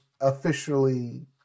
officially